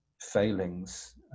failings